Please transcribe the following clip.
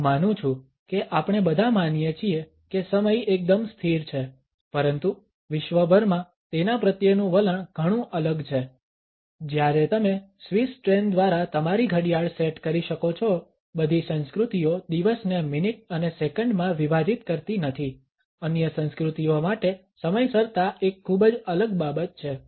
હું માનું છું કે આપણે બધા માનીએ છીએ કે સમય એકદમ સ્થિર છે પરંતુ વિશ્વભરમાં તેના પ્રત્યેનું વલણ ઘણું અલગ છે જ્યારે તમે સ્વિસ ટ્રેન દ્વારા તમારી ઘડિયાળ સેટ કરી શકો છો બધી સંસ્કૃતિઓ દિવસને મિનિટ અને સેકંડમાં વિભાજિત કરતી નથી અન્ય સંસ્કૃતિઓ માટે સમયસરતા એક ખૂબ જ અલગ બાબત છે